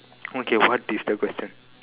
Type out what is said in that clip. okay what is the question